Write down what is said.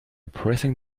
pressing